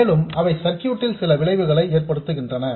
மேலும் அவை சர்க்யூட் ல் சில விளைவுகளை ஏற்படுத்துகின்றன